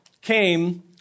came